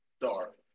dark